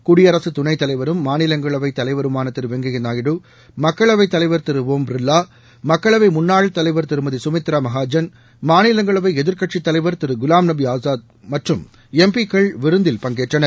குடியரசு துணைத்தலைவரும் மாநிலங்களவை தலைவருமான திரு வெங்கைய நாயுடு மக்களவைத் தலைவர் திரு ஓம் பிர்வா மக்களவை முன்னாள் தலைவர் திருமதி கமித்ரா மஹாஜன் மாநிவங்களவை எதிர்க்கட்சித் தலைவர் திரு குவாம்நபி ஆசாத் மற்றும் எம்பிக்கள் விருந்தில் பங்கேற்றனர்